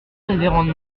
révérende